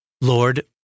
Lord